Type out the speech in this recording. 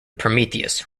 prometheus